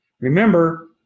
Remember